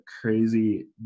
crazy